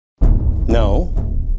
No